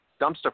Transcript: dumpster